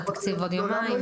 לתקציב עוד יומיים.